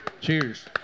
Cheers